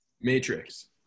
Matrix